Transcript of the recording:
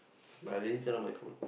but I lazy turn on my phone